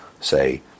say